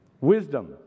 wisdom